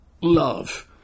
love